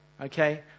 okay